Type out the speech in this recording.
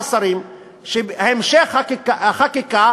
ושישמעו השרים, שהמשך החקיקה